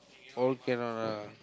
all cannot lah